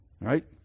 Right